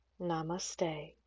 Namaste